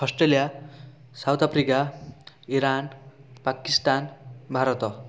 Australia South Africa Iran Pakistan Bharat